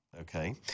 Okay